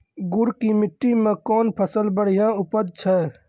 गुड़ की मिट्टी मैं कौन फसल बढ़िया उपज छ?